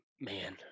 man